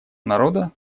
народа